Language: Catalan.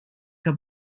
que